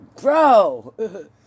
bro